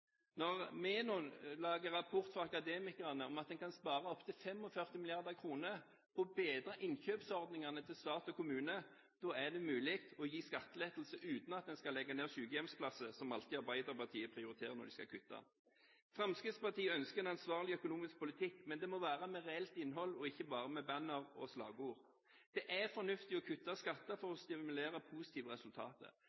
Når Menon lager en rapport for Akademikerne om at en kan spare opptil 45 mrd. kr på å bedre innkjøpsordningene til stat og kommune, da er det mulig å gi skattelettelse uten at en skal legge ned sykehjemsplasser, som Arbeiderpartiet alltid prioriterer når de skal kutte. Fremskrittspartiet ønsker en ansvarlig økonomisk politikk, men det må være med reelt innhold, ikke bare med banner og slagord. Det er fornuftig å kutte skatter for